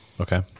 Okay